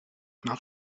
nach